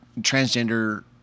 transgender